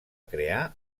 crear